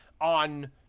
on